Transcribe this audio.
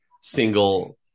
single